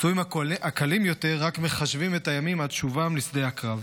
הפצועים קל יותר רק מחשבים את הימים עד שובם לשדה הקרב.